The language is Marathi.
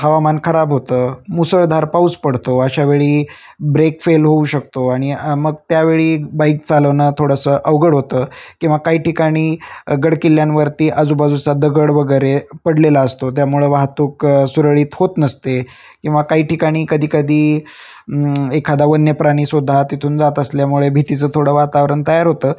हवामान खराब होतं मुसळधार पाऊस पडतो अशावेळी ब्रेक फेल होऊ शकतो आणि मग त्यावेळी बाईक चालवणं थोडंसं अवघड होतं किंवा काही ठिकाणी गडकिल्ल्यांवरती आजूबाजूचा दगड वगैरे पडलेला असतो त्यामुळे वाहतूक सुरळीत होत नसते किंवा काही ठिकाणी कधीकधी एखादा वन्य प्राणीसुद्धा तिथून जात असल्यामुळे भीतीचं थोडं वातावरण तयार होतं